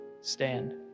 stand